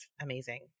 amazing